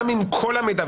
גם אם כל המידע,